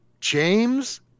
James